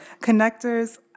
connectors